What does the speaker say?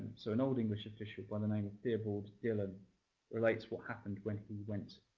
so an old-english official by the name of theobald dillon relates what happened when he went